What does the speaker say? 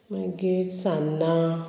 मागीर सान्नां